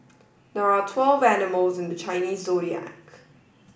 there are twelve animals in the Chinese Zodiac